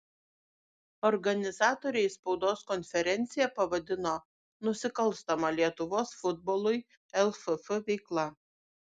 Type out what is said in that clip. organizatoriai spaudos konferenciją pavadino nusikalstama lietuvos futbolui lff veikla